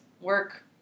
work